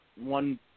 one